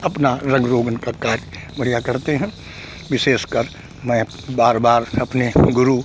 अपना रंग रोगन का कार्य बढ़िया करते हैं विशेषकर मैं बार बार अपने गुरू